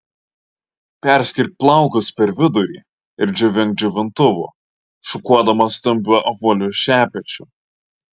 perskirk plaukus per vidurį ir džiovink džiovintuvu šukuodama stambiu apvaliu šepečiu